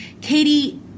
Katie